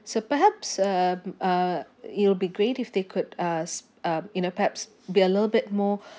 so perhaps um uh it'll be great if they could ask uh you know perhaps be a little bit more